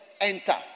enter